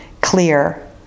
clear